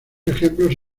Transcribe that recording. ejemplos